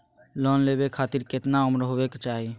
Loan लेवे खातिर केतना उम्र होवे चाही?